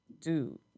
dude